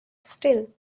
steel